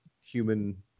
human